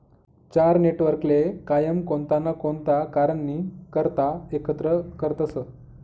चार नेटवर्कले कायम कोणता ना कोणता कारणनी करता एकत्र करतसं